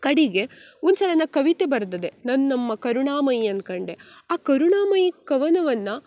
ಕಡೆಗೆ ಒಂದು ಸಲ ನಾ ಕವಿತೆ ಬರ್ದಿದೆ ನನ್ನ ಅಮ್ಮ ಕರುಣಾಮಯಿ ಅನ್ಕಂಡು ಆ ಕರುಣಾಮಾಯಿ ಕವನವನ್ನು